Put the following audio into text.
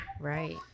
Right